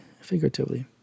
figuratively